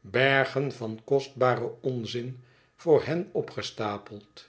bergen van kostbaren onzin voor hen opgestapeld